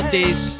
Days